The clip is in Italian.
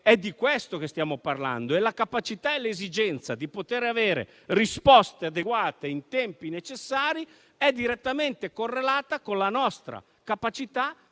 è di questo che stiamo parlando e la capacità e l'esigenza di poter avere risposte adeguate in tempi necessari sono direttamente correlate con la nostra capacità